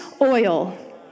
oil